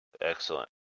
Excellent